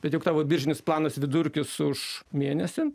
bet juk tavo biržinis planas vidurkis už mėnesį